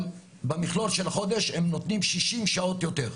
אבל במכלול של החודש הם נותנים 60 שעות יותר.